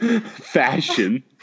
Fashion